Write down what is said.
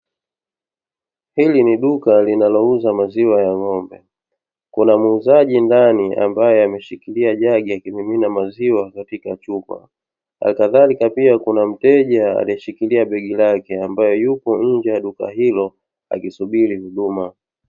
Hili ni duka linalouza maziwa ya Ng'ombe, kuna muuzaji ndani ambaye ameshikilia jagi akimimina maziwa katika chupa, na kadhalika kuna mteja aliyeshikilia jagi lake ambaye yupo nje ya duka hilo akisubiria huduma.